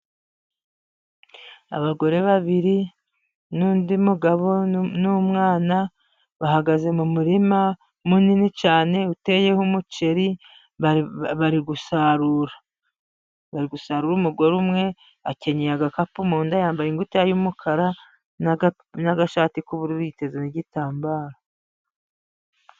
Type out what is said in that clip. Abagore babiri n'undi mugabo n'umwana bahagaze mu murima munini cyane uteyeho umuceri, bari gusarura, bari gusarura, umugore umwe akenyeye agakapu mu nda, yambaye ingutiya y'umukara n'agashati k'ubururu, yiteze n'igitambaro.